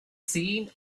seen